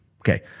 Okay